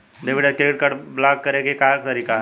Debit या credit card block करे के का तरीका ह?